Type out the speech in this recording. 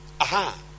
Aha